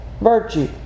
virtue